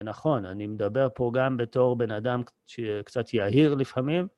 נכון, אני מדבר פה גם בתור בן אדם שקצת יהיר לפעמים.